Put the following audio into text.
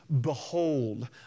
behold